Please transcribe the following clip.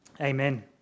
Amen